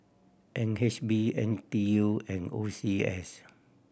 N H B N T U and O C S